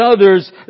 others